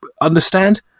understand